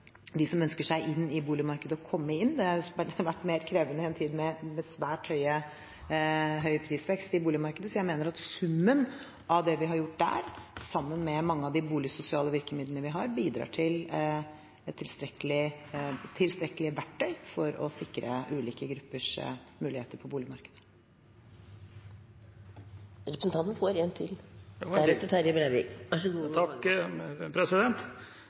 som ønsker seg inn i boligmarkedet, å komme inn. Det har vært mer krevende i en tid med svært høy prisvekst i boligmarkedet. Jeg mener at summen av det vi har gjort der, sammen med mange av de boligsosiale virkemidlene vi har, bidrar til tilstrekkelige verktøy for å sikre ulike gruppers muligheter på boligmarkedet.